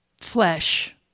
flesh